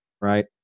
right